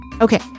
Okay